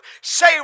Say